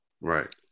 Right